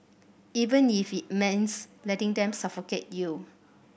even if it means letting them suffocate you